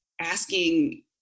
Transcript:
asking